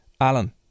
Alan